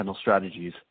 strategies